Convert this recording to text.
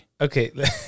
Okay